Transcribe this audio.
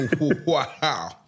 Wow